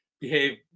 behave